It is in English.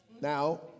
Now